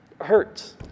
hurts